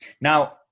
Now